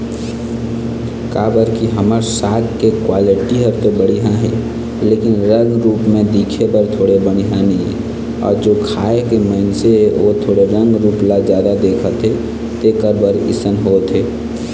बजार मा नावा साग साग के दाम बगरा काबर बिकेल अऊ हमर जूना साग साग के दाम कम काबर बिकेल?